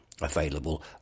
available